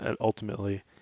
ultimately